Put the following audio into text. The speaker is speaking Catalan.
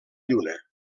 lluna